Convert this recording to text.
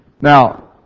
Now